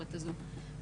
אין כיום.